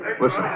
Listen